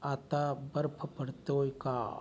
आता बर्फ पडतो आहे का